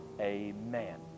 Amen